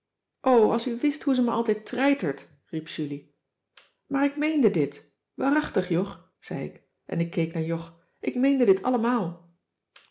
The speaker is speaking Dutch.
als u wist hoe ze me altijd treitert riep julie maar ik meende dit waarachtig jog zei ik en ik keek naar jog ik meende dit allemaal